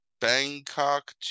Bangkok